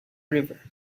river